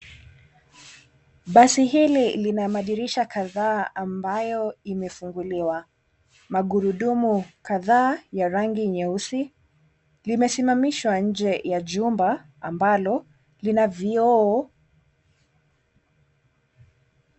Basi hili lina madirisha kadhaa ambayo imefunguliwa magurudumu kadhaa ya rangi nyeusi, limesimamishwa inje ya jumba ambalo lina vioo.